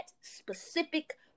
specific